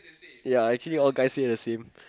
ya actually all guys say the same